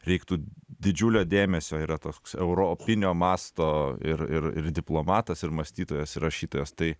reiktų didžiulio dėmesio yra toks europinio masto ir ir ir diplomatas ir mąstytojas ir rašytojas tai